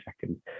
second